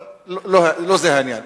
אבל לא זה העניין.